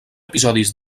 episodis